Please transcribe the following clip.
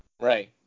Right